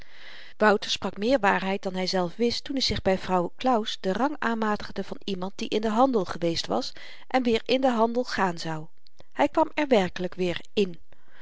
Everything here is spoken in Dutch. wouter sprak meer waarheid dan hyzelf wist toen i zich by vrouw claus den rang aanmatigde van iemand die in den handel geweest was en weer in den handel gaan zou hy kwam er werkelyk weer in